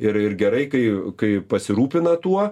ir ir gerai kai kai pasirūpina tuo